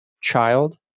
child